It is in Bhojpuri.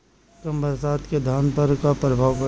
कम बरसात के धान पर का प्रभाव पड़ी?